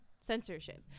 censorship